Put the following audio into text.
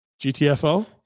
GTFO